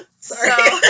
Sorry